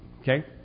okay